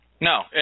No